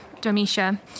Domitia